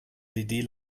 led